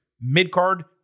mid-card